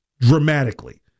dramatically